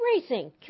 racing